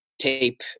tape